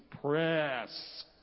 Press